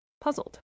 puzzled